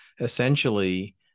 essentially